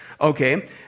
okay